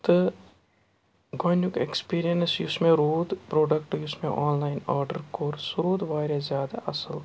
تہٕ گۄڈٕنیُک اٮ۪کٕسپیٖریَنٕس یُس مےٚ روٗد پرٛوٚڈَکٹ یُس مےٚ آن لایِن آرڈَر کوٚر سُہ روٗد واریاہ زیادٕ اَصٕل